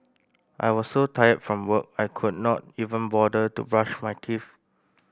I was so tired from work I could not even bother to brush my teeth